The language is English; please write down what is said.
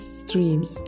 streams